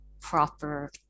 proper